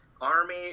Army